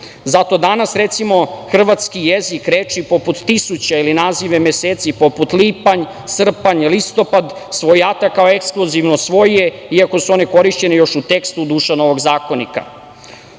Zato danas, recimo hrvatski jezik, reči poput „tisuće“ ili nazive meseci poput „lipanj, srpanj, listopad“, svojata kao ekskluzivno svoje, iako su one korišćene još u tekstu Dušanovog zakonika. Ovde